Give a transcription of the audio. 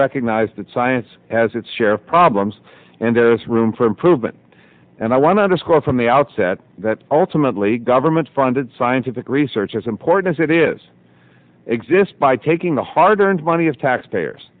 recognize that science has its share of problems and there's room for improvement and i want to underscore from the outset that ultimately government funded scientific research is important that is exist by taking the hard earned money of taxpayers